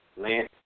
Lance